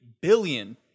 billion